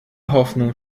hoffnung